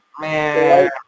Man